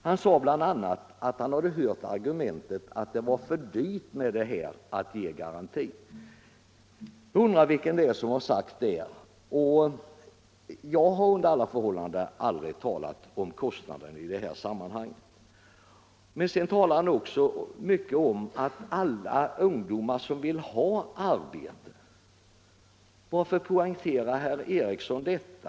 Han sade bl.a. att han hade hört argumentet att det var för dyrt att ge garantier. Jag undrar vem som har sagt det — jag har under alla förhållanden aldrig talat om kostnaderna i detta sammanhang. Herr Eriksson i Arvika talade också mycket om ”alla ungdomar som vill ha arbete”. Varför poängterar herr Eriksson detta?